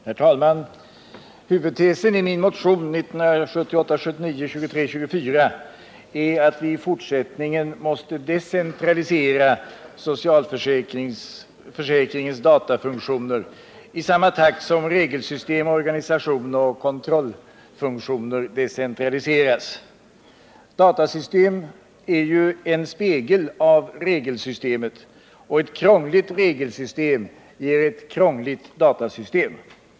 Herr talman! Huvudtesen i min motion 1978/79:2324 är att vi i fortsättningen måste decentralisera socialförsäkringens datafunktioner i samma takt som dess regelsystem, organisation och kontrollfunktioner decentraliseras. Datasystemen är ju en spegel av regelsystemet, och ett krångligt regelsystem ger ett krångligt datasystem.